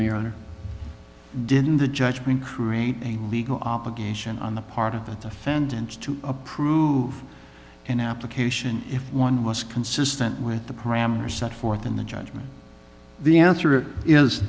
honor didn't the judge mean careen legal obligation on the part of the defendants to approve an application if one was consistent with the parameters set forth in the judgment the answer is